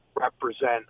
represent